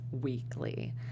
Weekly